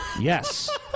Yes